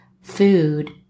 food